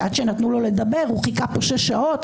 ועד שנתנו לו לדבר הוא חיכה פה שש שעות.